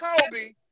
Kobe